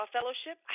Fellowship